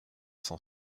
sans